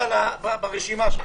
פסקה (3)(א) תיקון של סעיף 21,